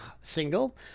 single